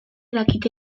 dakite